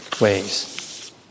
ways